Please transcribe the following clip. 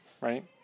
right